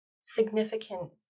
significant